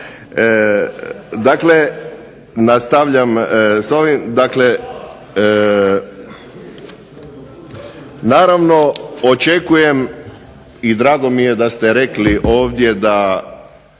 Dakle, nastavljam s ovim. Dakle, naravno očekujem i drago mi je da ste rekli ovdje da